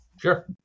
Sure